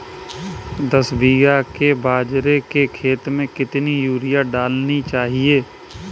दस बीघा के बाजरे के खेत में कितनी यूरिया डालनी चाहिए?